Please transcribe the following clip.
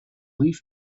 leaf